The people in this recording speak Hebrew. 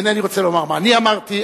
אינני רוצה לומר מה אני אמרתי.